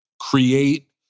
create